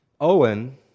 Owen